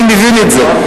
אני מבין את זה.